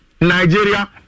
Nigeria